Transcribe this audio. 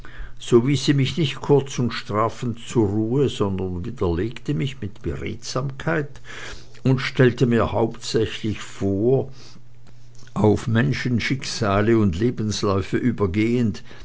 so wies sie mich nicht kurz und strafend zur ruhe sondern widerlegte mich mit beredsamkeit und stellte mir hauptsächlich vor auf menschenschicksale und lebensläufe übergehend